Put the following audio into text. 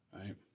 Right